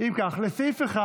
לסעיף 1